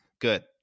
Good